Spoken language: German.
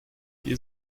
wir